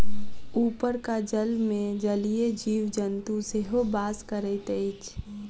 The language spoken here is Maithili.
उपरका जलमे जलीय जीव जन्तु सेहो बास करैत अछि